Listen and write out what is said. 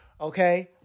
okay